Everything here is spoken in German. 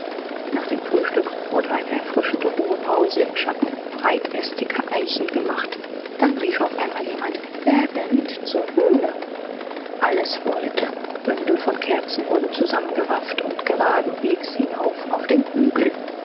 nach dem frühstück wurde eine erfrischende ruhepause im schatten breitästiger eichen gemacht dann rief auf einmal jemand wer will mit zur höhle alles wollte bündel von kerzen wurden zusammengerafft und geradenwegs hinauf auf den hügel